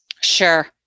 Sure